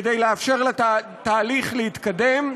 כדי לאפשר לתהליך להתקדם.